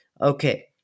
Okay